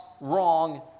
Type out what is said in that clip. wrong